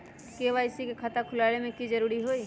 KYC के खाता खुलवा में की जरूरी होई?